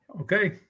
Okay